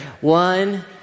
One